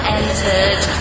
entered